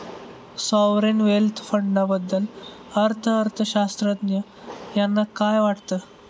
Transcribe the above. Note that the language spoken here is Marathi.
सॉव्हरेन वेल्थ फंडाबद्दल अर्थअर्थशास्त्रज्ञ यांना काय वाटतं?